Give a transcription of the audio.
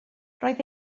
roedd